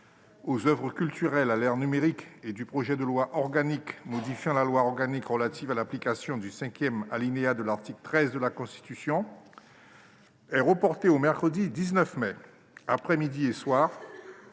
aux oeuvres culturelles à l'ère numérique et du projet de loi organique modifiant la loi organique relative à l'application du cinquième alinéa de l'article 13 de la Constitution est reporté au mercredi 19 mai, après-midi et soir,